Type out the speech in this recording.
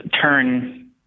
turn